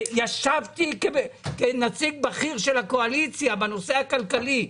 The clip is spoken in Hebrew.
ישבתי כנציג בכיר של הקואליציה בנושא הכלכלי.